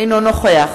אינו נוכח